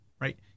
right